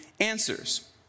answers